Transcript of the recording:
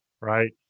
right